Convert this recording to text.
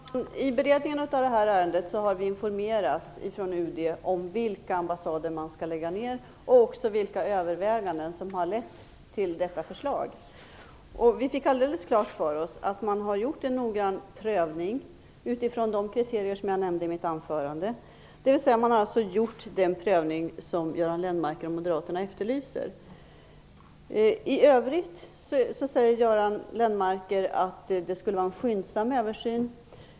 Fru talman! I beredningen av ärendet har vi informerats från UD om vilka ambassader man skall lägga ned och vilka överväganden som har lett till detta förslag. Vi fick alldeles klart för oss att man har gjort en noggrann prövning utifrån de kriterier jag nämnde i mitt anförande. Man har alltså gjort den prövning som Göran Lennmarker och Moderaterna efterlyser. I övrigt säger Göran Lennmarker att det skulle vara en skyndsam översyn.